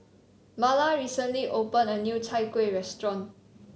Marla recently opened a new Chai Kueh restaurant